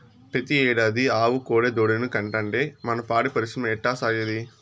పెతీ ఏడాది ఆవు కోడెదూడనే కంటాంటే మన పాడి పరిశ్రమ ఎట్టాసాగేది